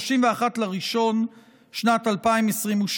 31 בינואר שנת 2022,